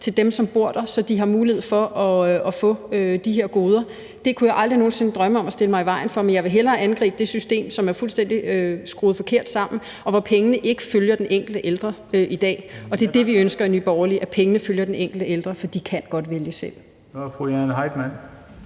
til dem, som bor der, så de har mulighed for at få de her goder. Det kunne jeg aldrig nogen sinde drømme om at stille mig i vejen for. Men jeg vil hellere angribe det system, som er fuldstændig forkert skruet sammen, og hvor pengene ikke følger den enkelte ældre i dag. Og det er det, vi ønsker i Nye Borgerlige – at pengene følger den enkelte ældre, for de kan godt vælge selv.